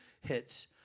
hits